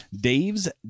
Dave's